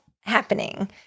happening